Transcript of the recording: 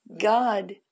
God